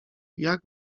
jak